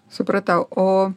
supratau o